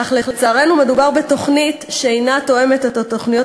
אך לצערנו מדובר בתוכנית שאינה תואמת את התוכניות